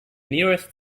nearest